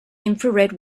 infrared